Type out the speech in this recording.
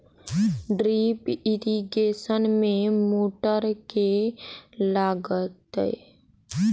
Drip irrigation मे motor केँ लागतै?